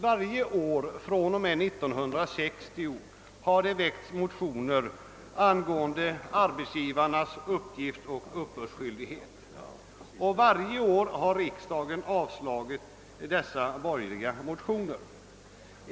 Varje år fr.o.m. 1960 har det väckts borgerliga motioner angående arbetsgivarnas uppgiftsoch uppbördsskyldighet, och varje år har riksdagen avslagit motionerna.